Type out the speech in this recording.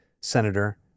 Senator